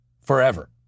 Forever